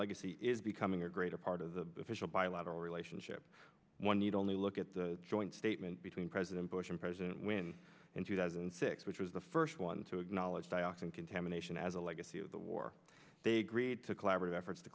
legacy is becoming a greater part of the official bilateral relationship one need only look at the joint statement between president bush and president win in two thousand and six which was the first one to acknowledge dioxin contamination as a lead the war they agreed to collaborative efforts to